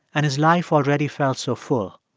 and his life already felt so full.